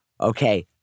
okay